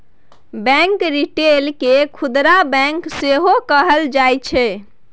bank retail केँ खुदरा bank सेहो कहल जाइ छै